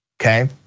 okay